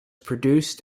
produced